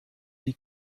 die